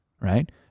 right